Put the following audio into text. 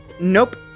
Nope